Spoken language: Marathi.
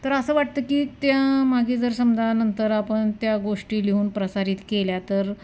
तर असं वाटतं की त्या मागे जर समजा नंतर आपण त्या गोष्टी लिहून प्रसारित केल्या तर